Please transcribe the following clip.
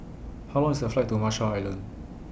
How Long IS The Flight to Marshall Islands